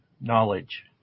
knowledge